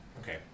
okay